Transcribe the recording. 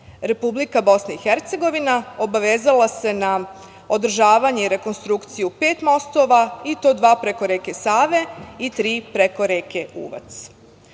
Republika Bosna i Hercegovina obavezala se na održavanje i rekonstrukciju pet mostova i to dva preko reke Save i tri preko reke Uvac. Ono